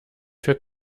für